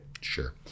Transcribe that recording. Sure